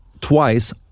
twice